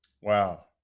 wow